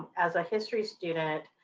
as a history student,